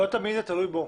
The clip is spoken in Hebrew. לא תמיד זה תלוי בו.